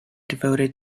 devoted